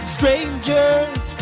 Strangers